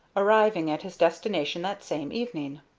arriving at his destination that same evening.